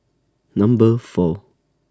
Number four